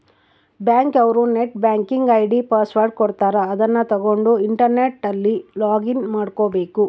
bank ಅವ್ರು net banking ID password ಕೊಡ್ತಾರ ಅದುನ್ನ ತಗೊಂಡ್ ಇಂಟರ್ನೆಟ್ ಅಲ್ಲಿ ಲೊಗಿನ್ ಮಾಡ್ಕಬೇಕು